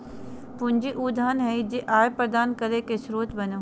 पूंजी उ धन हइ जे आय प्रदान करे के स्रोत बनो हइ